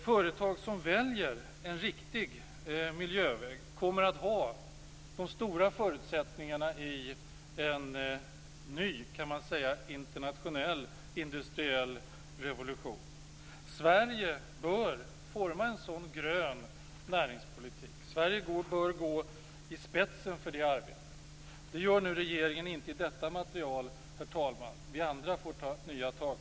Företag som väljer en riktig miljöväg kommer att ha stora förutsättningar i en ny internationell industriell revolution. Sverige bör utforma en sådan grön näringspolitik. Sverige borde gå i spetsen för det arbetet. Det gör nu inte regeringen i detta material. Vi andra får ta nya tag.